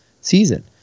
season